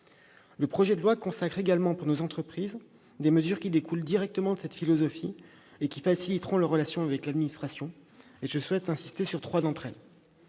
Le projet de loi consacre également pour nos entreprises des mesures qui découlent directement de cette philosophie et qui faciliteront leurs relations avec l'administration. J'insisterai sur trois d'entre elles.